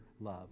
love